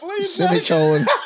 Semicolon